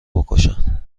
بکشن